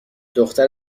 دختر